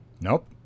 Nope